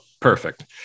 perfect